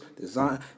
design